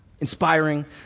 inspiring